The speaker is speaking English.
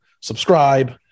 subscribe